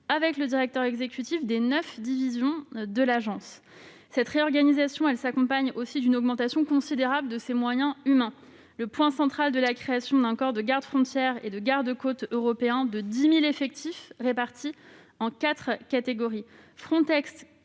avec les directeurs exécutifs des neuf divisions de l'agence. Cette réorganisation s'accompagne d'une augmentation considérable des moyens humains. Le point central est la création d'un corps de garde-frontières et de garde-côtes européens de 10 000 agents, répartis en quatre catégories. Frontex